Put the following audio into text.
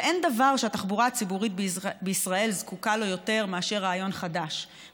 ואין דבר שהתחבורה הציבורית בישראל זקוקה לו יותר מאשר רעיון חדש,